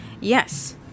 yes